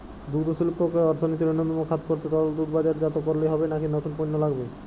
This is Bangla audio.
দুগ্ধশিল্পকে অর্থনীতির অন্যতম খাত করতে তরল দুধ বাজারজাত করলেই হবে নাকি নতুন পণ্য লাগবে?